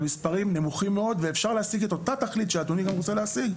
זה מספרים נמוכים מאוד ואפשר להשיג את אותה תכלית שאדוני גם רוצה להשיג,